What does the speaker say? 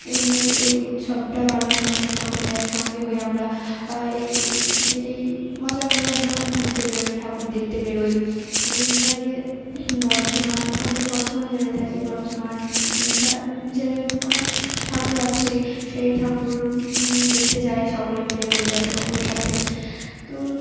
এর নে এই উৎসবটা পালন করেন সকলে একসঙ্গে হয়ে আমরা এই এই মজা করে আমরা ঘুরতে বেরোই ঠাকুর দেখতে বেরোই এই বাইরে বর্ধমান আমরা তো বর্ধমান জেলায় থাকি বর্ধমান বা জেলায় অনেক ঠাকুর আছে সেই ঠাকুর দেখতে যাই সকলে মিলে পরিবারের সকলের সাথে তো